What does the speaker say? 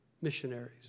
Missionaries